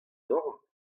dorn